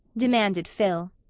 demanded phil.